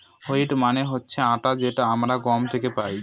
wheat মানে হচ্ছে আটা যেটা আমরা গম থেকে পাই